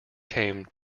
came